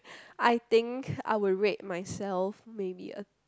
I think I will rate myself maybe a